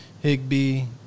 Higby